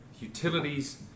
utilities